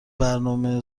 برنامه